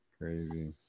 Crazy